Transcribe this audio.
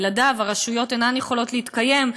שבלעדיו הרשויות אינן יכולות להתקיים,